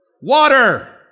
Water